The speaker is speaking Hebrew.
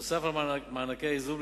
נוסף על מענקי האיזון,